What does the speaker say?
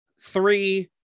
three